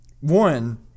one